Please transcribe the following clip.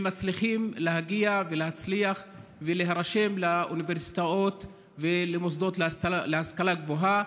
הם מצליחים להגיע ומצליחים להירשם לאוניברסיטאות ולמוסדות להשכלה גבוהה.